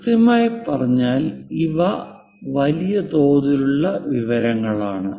കൃത്യമായി പറഞ്ഞാൽ ഇവ വലിയ തോതിലുള്ള വിവരങ്ങളാണ്